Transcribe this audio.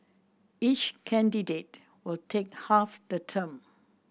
each candidate will take half the term